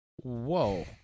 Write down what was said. Whoa